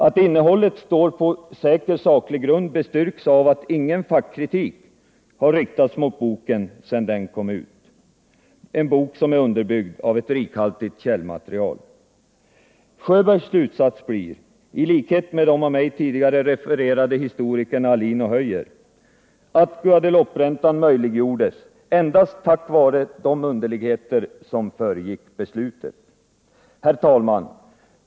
Att innehållet står på säker grund bestyrks av att ingen fackkritik riktats mot boken sedan den kom ut, en bok som underbyggs av ett rikhaltigt källmaterial. Sjöbergs slutsats blir — i likhet med de slutsatser som drogs av de av mig tidigare refererade historikerna Alin och Höjer — att Guadelouperäntan möjliggjordes endast tack vare de underligheter som föregick beslutet. Herr talman!